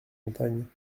montagne